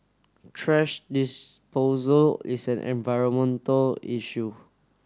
thrash disposal is an environmental issue